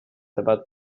about